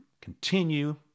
continue